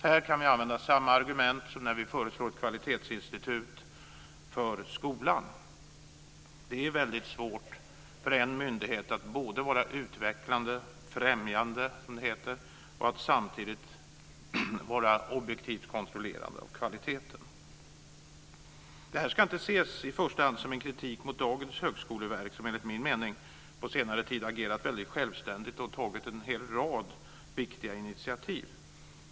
Här kan vi använda samma argument som när vi föreslår kvalitetsinstitut för skolan. Det är väldigt svårt för en myndighet att vara utvecklande - främjande, som det heter - och att samtidigt vara objektivt kontrollerande av kvaliteten. Det här ska inte i första hand ses som kritik mot dagens högskoleverk som enligt min mening på senare tid har agerat väldigt självständigt och tagit en hel rad viktiga initiativ.